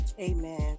Amen